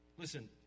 Listen